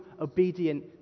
obedient